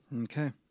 okay